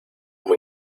muy